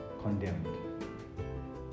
condemned